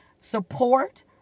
support